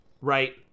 Right